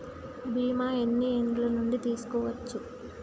బీమా ఎన్ని ఏండ్ల నుండి తీసుకోవచ్చు?